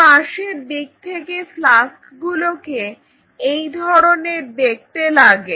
পাশের দিক থেকে ফ্লাস্ক গুলোকে এই ধরনের দেখতে লাগে